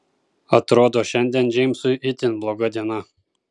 atrodo šiandien džeimsui itin bloga diena